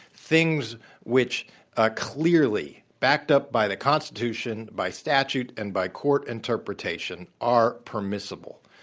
things which ah clearly backed up by the constitution, by statute, and by court interpretation are permissible,